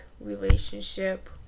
relationship